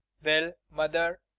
well, mother,